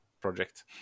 project